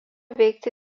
veikti